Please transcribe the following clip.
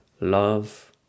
love